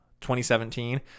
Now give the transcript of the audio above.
2017